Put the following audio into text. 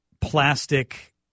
plastic